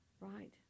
right